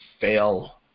fail